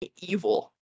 evil